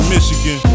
Michigan